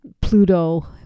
Pluto